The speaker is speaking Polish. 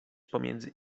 pomiędzy